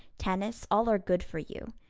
tennis, all are good for you.